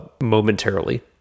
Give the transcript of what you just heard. momentarily